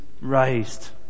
raised